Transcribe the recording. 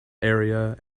area